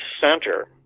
center